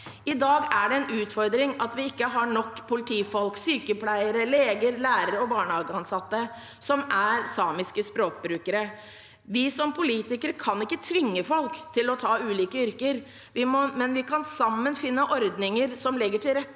I dag er det en utfordring at vi ikke har nok politifolk, sykepleiere, leger, lærere og barnehageansatte som er samiske språkbrukere. Vi som politikere kan ikke tvinge folk til å ta ulike yrker, men vi kan sammen finne ordninger som legger til rette